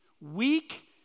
Weak